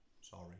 Sorry